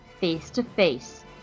face-to-face